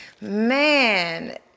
man